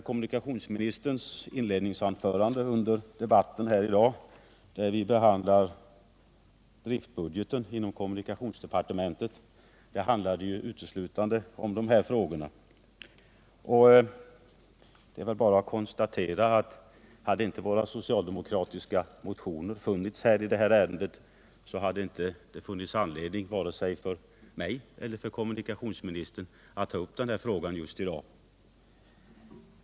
Kommunikationsministerns inledningsanförande under debatten i dag vid behandlingen av driftbudgeten inom kommunikationsdepartementet berörde uteslutande dessa frågor. Det är väl bara att konstatera att om våra socialdemokratiska motioner inte funnits i detta ärende, hade det inte funnits anledning vare sig för mig eller kommunikationsministern att ta upp denna fråga just i dag.